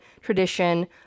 tradition